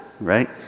right